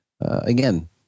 again